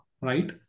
right